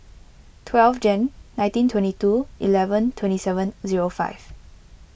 twelve Jan nineteen twenty two eleven twenty seven zero five